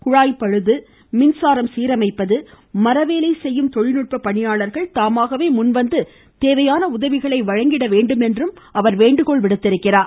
குழாய் பழுது மின்சாரம் சீரமைப்பது மரவேலை செய்யும் தொழில்நுட்ப பணியாளர்கள் தாமாகவே முன்வந்து தேவையான உதவிகளை வழங்க வேண்டும் என்றும் வேண்டுகோள் விடுத்திருக்கிறார்